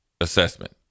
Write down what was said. assessment